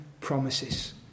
promises